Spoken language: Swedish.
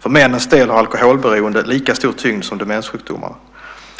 För männens del har alkoholberoende lika stor tyngd som demenssjukdomarna.